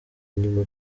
inyuma